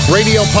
Radio